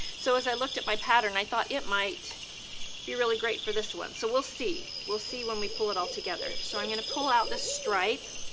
so as i looked at my pattern, i thought it might be really great for this one. so we'll see. we'll see when we pull it all together. so i'm gonna pull out the stripe,